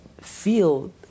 Feel